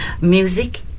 music